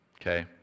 okay